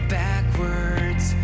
backwards